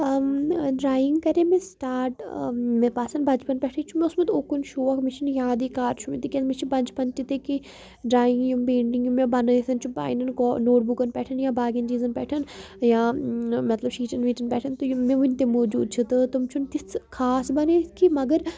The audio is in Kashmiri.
ڈرٛایِنٛگ کَرے مےٚ سٹاٹ مےٚ باسان بَچپَن پٮ۪ٹھٕے چھِ مےٚ اوسمُت اُکُن شوق مےٚ چھِنہٕ یادٕے کَر چھُ مےٚ تِکیٛازِ مےٚ چھِ بَچپَن تِتھَے کِنۍ ڈرٛایِنٛگہٕ یِم پینٛٹِنٛگ یِم مےٚ بنٲوِتھ چھُ پنٛنٮ۪ن کا نوٹ بُکَن پٮ۪ٹھ یا باقٕیَن چیٖزَن پٮ۪ٹھ یا مطلب شیٖٹَن ویٖٹَن پٮ۪ٹھ تہٕ یِم مےٚ وٕنۍ تہِ موٗجوٗد چھِ تہٕ تم چھُنہٕ تِژھٕ خاص بَنٲوِتھ کینٛہہ مگر